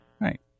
Right